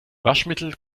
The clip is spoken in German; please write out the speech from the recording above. waschmittel